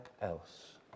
else